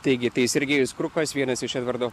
taigi tai sergejus krukas vienas iš edvardo